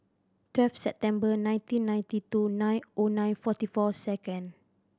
twelve September nineteen ninety two nine O nine forty four second